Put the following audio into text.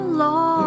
long